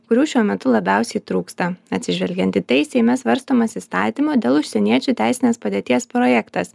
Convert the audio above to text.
kurių šiuo metu labiausiai trūksta atsižvelgiant į tai seime svarstomas įstatymo dėl užsieniečių teisinės padėties projektas